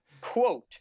Quote